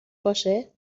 باشه